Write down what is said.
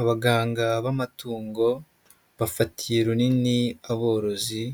Abaganga b'amatungo, bafatiye runini aborozi